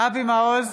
אבי מעוז,